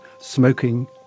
smoking